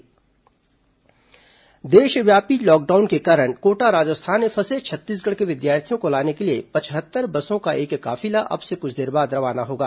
corona बच्चे वापसी प्रक्रिया देशव्यापी लॉकडाउन के कारण कोटा राजस्थान में फंसे छत्तीसगढ़ के विद्यार्थियों को लाने के लिए पचहत्तर बसों का एक काफिला अब से कुछ देर बाद रवाना होगा